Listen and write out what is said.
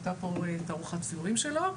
הייתה פה תערוכת ציורים שלו,